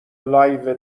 لایو